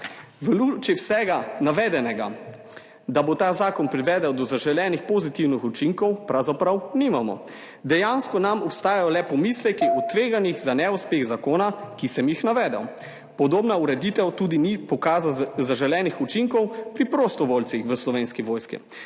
V luči vsega navedenega [zagotovila], da bo ta zakon privedel do zaželenih pozitivnih učinkov, pravzaprav nimamo. Dejansko nam ostajajo le pomisleki o tveganjih za neuspeh zakona, ki sem jih navedel. Podobna ureditev tudi ni pokazala zaželenih učinkov pri prostovoljcih v Slovenski vojski.